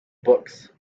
books